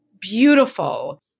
beautiful